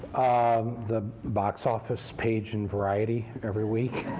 um the box office page in variety every week?